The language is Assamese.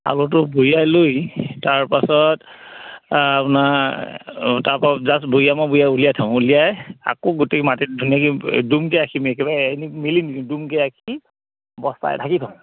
আলুটো বুৰিয়াই লৈ তাৰ পাছত আপোনাৰ তাৰপা জাষ্ট বুৰিয়াই উলিয়াই থওঁ উলিয়াই আকৌ গোটেই মাটিত ধুনীয়াক ডুমকে ৰাখিম কিবা